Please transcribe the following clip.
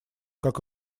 как